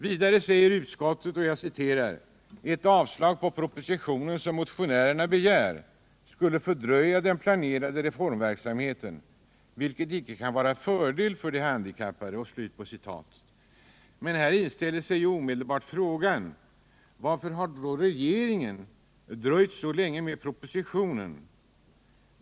Vidare säger utskottet: ”Ett avslag på propositionen, som motionärerna begär, skulle fördröja den planerade reformverksamheten, vilket inte kan Här inställer sig osökt frågan: Varför har då regeringen dröjt så länge Tisdagen den med propositionen?